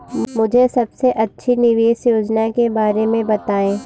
मुझे सबसे अच्छी निवेश योजना के बारे में बताएँ?